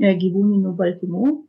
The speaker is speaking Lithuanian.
gyvūninių baltymų